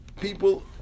people